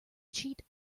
cheat